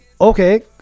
okay